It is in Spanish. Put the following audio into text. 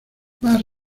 más